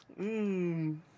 Mmm